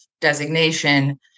designation